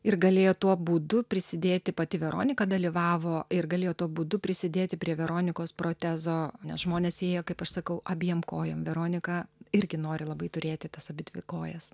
ir galėjo tuo būdu prisidėti pati veronika dalyvavo ir galėjo tuo būdu prisidėti prie veronikos protezo nes žmonės ėjo kaip aš sakau abiem kojom veronika irgi nori labai turėti tas abidvi kojas